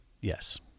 Yes